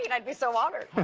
you know would be so honored.